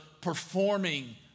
performing